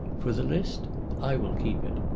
for the list i will keep it,